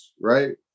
right